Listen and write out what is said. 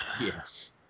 Yes